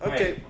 Okay